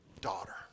daughter